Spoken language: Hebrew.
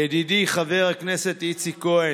ידידי חבר הכנסת איציק כהן,